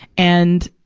and,